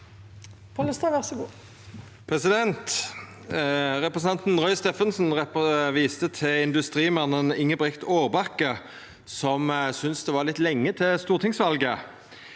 Representanten Roy Steffensen viste til industrimannen Inge Brigt Aarbakke, som syntest det var litt lenge til stortingsvalet.